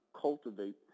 cultivate